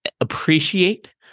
appreciate